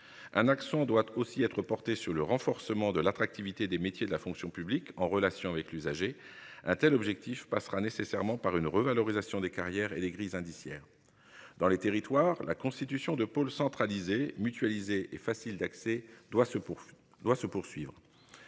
Un accent doit aussi être porté sur le renforcement de l'attractivité des métiers de la fonction publique en relation avec l'usager. Un tel objectif passera nécessairement par une revalorisation des carrières et des grilles indiciaires. Dans les territoires, la constitution de pôles centralisé mutualiser et facile d'accès doit se pour